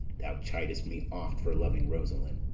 thou chid'st me oft for loving rosaline.